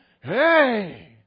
Hey